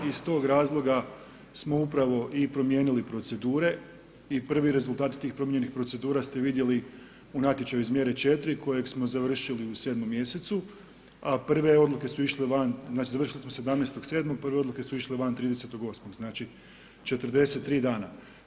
I iz tog razloga smo upravo i promijenili procedura i prve rezultate tih promijenjenih procedura ste vidjeli u natječaju iz mjere 4 kojeg smo završili u 7 mjesecu a prve odluke su išle van, znači završili smo 17.7., prve odluke su išle van 30.08. znači 43 dana.